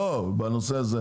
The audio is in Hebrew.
לא, בנושא הזה.